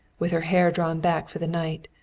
with her hair drawn back for the night,